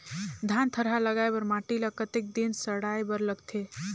धान थरहा लगाय बर माटी ल कतेक दिन सड़ाय बर लगथे?